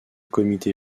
comité